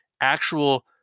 actual